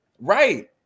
right